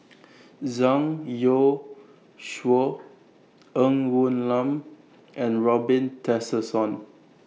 Zhang Youshuo Ng Woon Lam and Robin Tessensohn